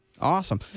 awesome